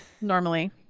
normally